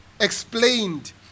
explained